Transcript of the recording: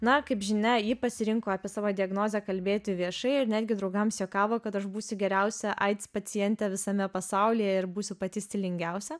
na kaip žinia ji pasirinko apie savo diagnozę kalbėti viešai ir netgi draugams juokavo kad aš būsiu geriausia aids pacientė visame pasaulyje ir būsiu pati stilingiausia